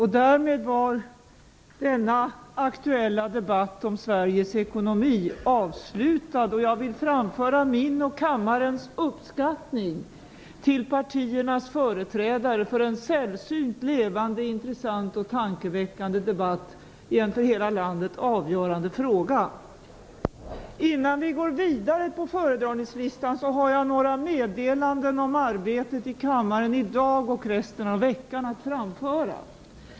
Jag vill framföra min och kammarens uppskattning till partiernas företrädare för en sällsynt levande, intressant och tankeväckande debatt i en för hela landet avgörande fråga. Innan vi går vidare på föredragningslistan har jag några meddelanden att framföra om arbetet i kammaren i dag och under resten av veckan.